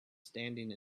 standing